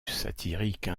satirique